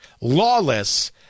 lawless